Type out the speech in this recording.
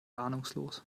ahnungslos